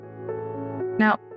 Now